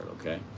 okay